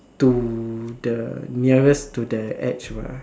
to the nearest to the edge mah